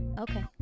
Okay